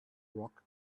rock